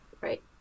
Right